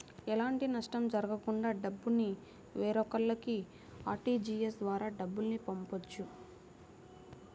ఎలాంటి నష్టం జరగకుండా డబ్బుని వేరొకల్లకి ఆర్టీజీయస్ ద్వారా డబ్బుల్ని పంపొచ్చు